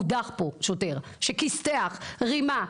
הודח פה שוטר, שכיסתח, רימה.